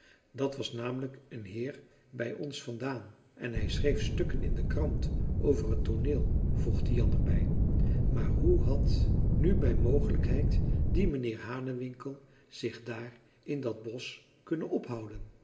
dat was namelijk een heer bij ons vandaan en hij schreef stukken in de krant over het tooneel voegde jan er bij maar hoe had nu bij mogelijkheid die meneer hanewinkel zich daar in dat bosch kunnen ophouden